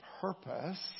purpose